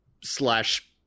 slash